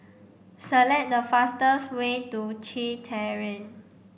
select the fastest way to Kew Terrace